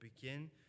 begin